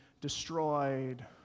destroyed